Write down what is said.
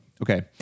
okay